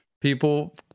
people